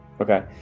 Okay